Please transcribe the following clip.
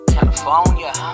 California